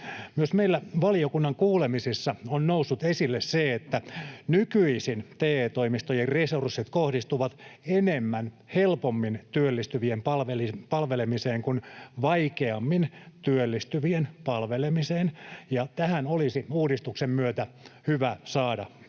Myös meillä valiokunnan kuulemisissa on noussut esille se, että nykyisin TE-toimistojen resurssit kohdistuvat enemmän helpommin työllistyvien palvelemiseen kuin vaikeammin työllistyvien palvelemiseen, ja tähän olisi uudistuksen myötä hyvä saada muutos.